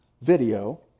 video